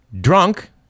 drunk